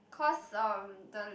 cause uh the